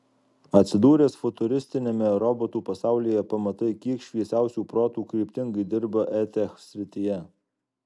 atsidūręs futuristiniame robotų pasaulyje pamatai kiek šviesiausių protų kryptingai dirba edtech srityje